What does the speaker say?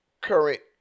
Current